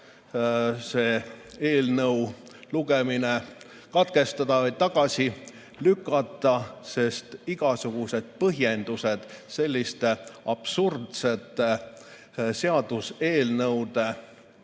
esimene lugemine katkestada, see eelnõu tagasi lükata, sest igasugused põhjendused selliste absurdsete seaduseelnõude